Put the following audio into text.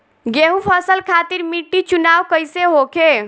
गेंहू फसल खातिर मिट्टी चुनाव कईसे होखे?